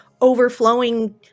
overflowing